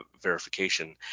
verification